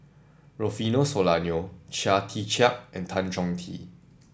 Rufino Soliano Chia Tee Chiak and Tan Chong Tee